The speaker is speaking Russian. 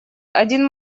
один